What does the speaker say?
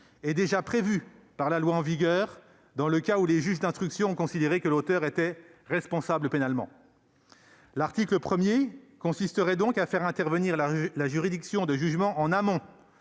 est déjà prévue par le droit en vigueur dans le cas où les juges d'instruction ont considéré que l'auteur était responsable pénalement. L'article 1 viserait donc à faire intervenir la juridiction de jugement en amont,